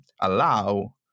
allow